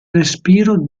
respiro